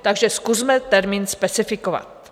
Takže zkusme termín specifikovat.